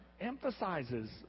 emphasizes